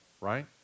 right